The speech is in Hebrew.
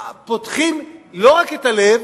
פותחים לא רק את הלב